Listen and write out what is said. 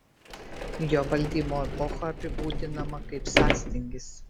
jo valdymo epocha apibūdinama kaip sąstingis